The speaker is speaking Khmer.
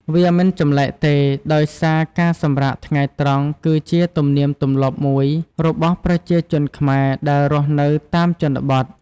វាមិនចម្លែកទេ ដោយសារការសម្រាកថ្ងៃត្រង់គឺជាទំនៀមទម្លាប់មួយរបស់ប្រជាជនខ្មែរដែលរស់នៅតាមជនបទ។